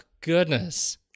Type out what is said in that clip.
goodness